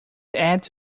add